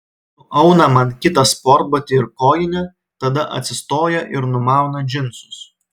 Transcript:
nuauna man kitą sportbatį ir kojinę tada atsistoja ir numauna džinsus